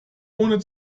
ohne